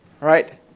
Right